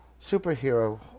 superhero